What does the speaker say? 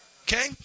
Okay